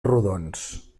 rodons